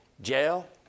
jail